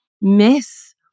miss